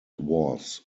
was